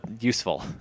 useful